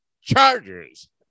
Chargers